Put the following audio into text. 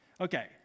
Okay